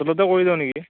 হোটেলতে কৰি যাওঁ নেকি